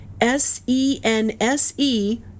s-e-n-s-e